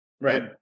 Right